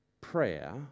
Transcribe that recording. prayer